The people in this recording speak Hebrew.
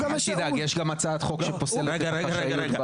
אל תדאג, יש גם הצעת חוק שפוסלת את החשאיות.